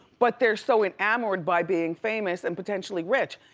but they're so enamored by being famous and potentially rich.